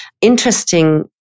interesting